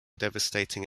devastating